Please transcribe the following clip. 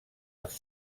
els